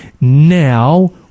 now